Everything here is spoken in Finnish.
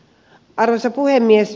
arvoisa puhemies